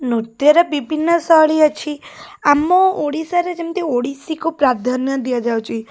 ନୃତ୍ୟରେ ବିଭିନ୍ନ ଶୈଳୀ ଅଛି ଆମ ଓଡ଼ିଶାରେ ଯେମିତି ଓଡ଼ିଶୀକୁ ପ୍ରାଧାନ୍ୟ ଦିଆଯାଉଛି